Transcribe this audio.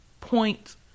point